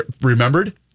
remembered